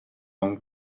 long